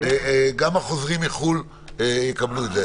גם החוזרים מחו"ל יקבלו את זה.